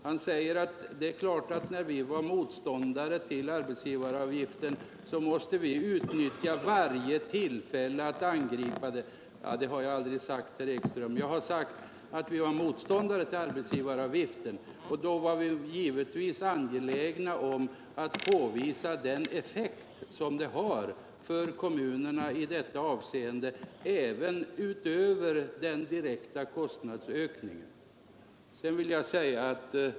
Han säger att det är klart att när vi var motståndare till arbetsgivaravgiften måste vi utnyttja varje tillfälle att angripa den. Det har jag aldrig sagt herr Ekström. Jag har sagt att vi var motståndare till arbetsgivaravgiften, och därför var vi givetvis angelägna om att påvisa den effekt den har för kommunerna i detta avseende, även utöver den direkta kostnadsökningen.